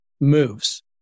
moves